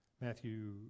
Matthew